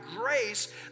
grace